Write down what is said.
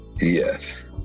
Yes